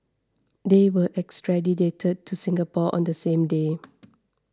they were extradited to Singapore on the same day